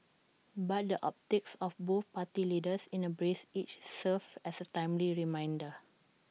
but the optics of both party leaders in A brace each serves as A timely reminder